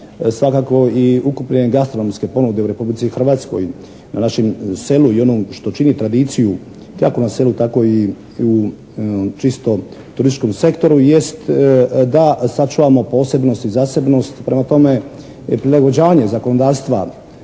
svakako i ukupne gastronomske ponude u Republici Hrvatskoj na našem selu i onom što čini tradiciju kako na selu tako i u čisto turističkom sektoru jest da sačuvamo posebnost i zasebnost. Prema tome prilagođavanje zakonodavstva